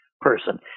person